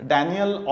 Daniel